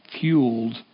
fueled